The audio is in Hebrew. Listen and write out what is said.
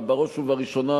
בראש ובראשונה,